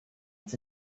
its